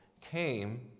came